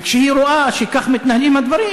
וכשהיא רואה שכך מתנהלים הדברים,